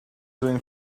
when